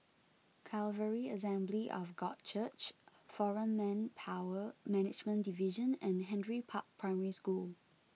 Calvary Assembly of God Church Foreign Manpower Management Division and Henry Park Primary School